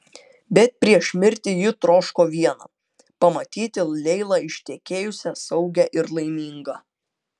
bet prieš mirtį ji troško viena pamatyti leilą ištekėjusią saugią ir laimingą